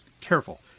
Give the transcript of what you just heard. careful